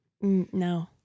No